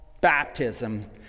baptism